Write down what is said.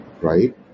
right